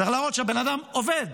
צריך להראות שהבן אדם עובד